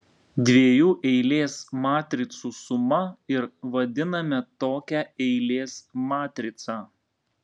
dviejų eilės matricų suma ir vadiname tokią eilės matricą